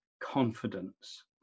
confidence